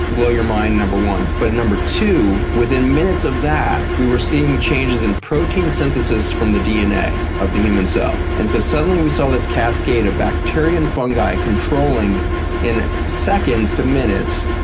blow your mind number one but number two within minutes of that, we were seeing changes in protein synthesis from the dna of the human cell. and so suddenly we saw this cascade of bacteria and fungi controlling in seconds to minutes,